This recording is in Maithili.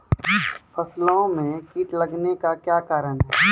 फसलो मे कीट लगने का क्या कारण है?